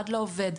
עד לעובד,